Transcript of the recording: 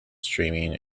streaming